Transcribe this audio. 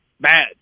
Bad